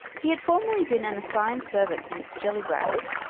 he had formerly been an assigned servant to mr. gellibrand,